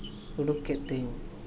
ᱩᱰᱩᱠ ᱠᱮᱫ ᱛᱤᱧ